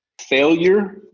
Failure